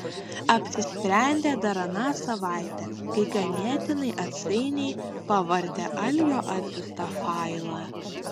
apsisprendė dar aną savaitę kai ganėtinai atsainiai pavartė algio atsiųstą failą